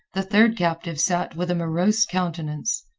the third captive sat with a morose countenance.